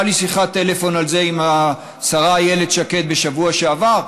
הייתה לי שיחת טלפון על זה עם השרה איילת שקד בשבוע שעבר,